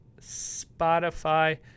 spotify